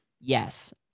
Yes